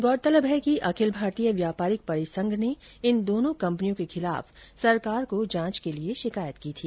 गौरतलब है कि अखिल भारतीय व्यापारिक परिसंघ ने इन दोनों कम्पनियों के खिलाफ सरकार को जांच के लिए शिकायत की थी